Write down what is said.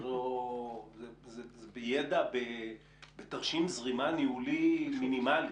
זה ידע בתרשים זרימה ניהולי מינימלי.